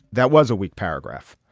that was a weak paragraph.